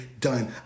done